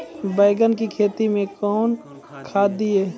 बैंगन की खेती मैं कौन खाद दिए?